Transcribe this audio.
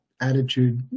attitude